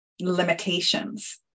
limitations